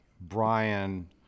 Brian